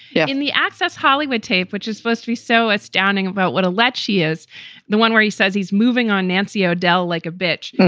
yeah. and the access hollywood tape, which is supposed to be so astounding about what aulet? she is the one where he says he's moving on nancy o'dell like a bitch.